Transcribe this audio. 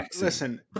listen